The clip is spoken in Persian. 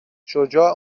شجاع